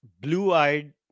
blue-eyed